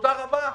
תודה רבה,